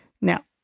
Now